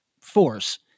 force